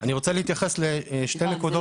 אני רוצה להתייחס לשני נקודות --- סליחה,